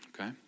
Okay